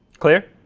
clear?